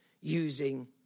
using